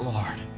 Lord